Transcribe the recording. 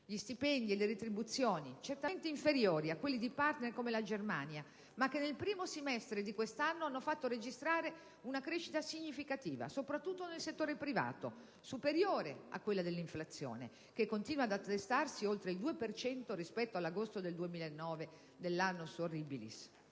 Gli stipendi e le retribuzioni, certamente inferiori a quelli di partner come la Germania, nel primo semestre di quest'anno hanno fatto registrare una crescita significativa (soprattutto nel settore privato), superiore a quella dell'inflazione, che continua ad attestarsi oltre il 2 per cento rispetto all'agosto del 2009, dell'*annus horribilis*.